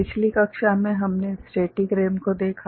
पिछली कक्षा में हमने स्टेटीक रैम को देखा